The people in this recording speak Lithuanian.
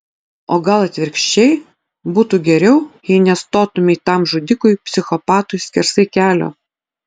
o gal atvirkščiai būtų geriau jei nestotumei tam žudikui psichopatui skersai kelio